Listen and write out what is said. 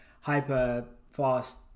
hyper-fast